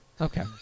Okay